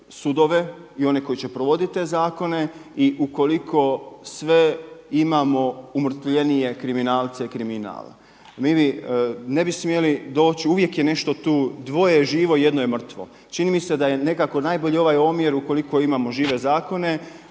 sudove i one koji će provodite te zakona i ukoliko sve imamo umrtvljenije kriminalce i kriminal. Mi ne bi smjeli doći uvijek je nešto tu, dvoje je živo, jedno je mrtvo. Čini mi se da je nekako najbolji ovaj omjer ukoliko imamo žive zakone,